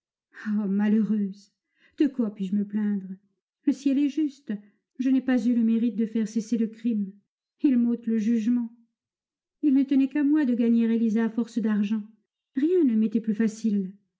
malheureuse de quoi puis-je me plaindre le ciel est juste je n'ai pas eu le mérite de faire cesser le crime il m'ôte le jugement il ne tenait qu'à moi de gagner élisa à force d'argent rien ne m'était plus facile